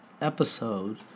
episode